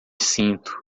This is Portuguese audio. sinto